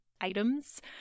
items